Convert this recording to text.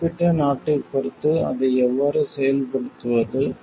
குறிப்பிட்ட நாட்டைப் பொறுத்து அதை எவ்வாறு செயல்படுத்துவது